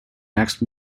next